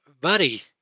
Buddy